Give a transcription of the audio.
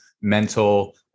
mental